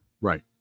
Right